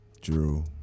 Drew